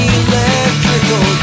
electrical